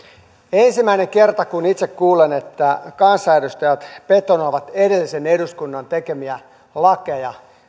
ensimmäinen kerta kun itse kuulen että kansanedustajat betonoivat edellisen eduskunnan tekemiä lakeja